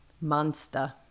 monster